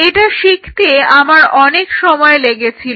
এটা শিখতে আমার অনেক সময় লেগেছিল